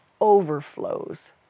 overflows